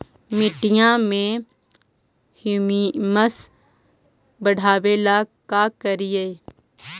मिट्टियां में ह्यूमस बढ़ाबेला का करिए?